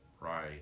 Right